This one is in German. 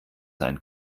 sein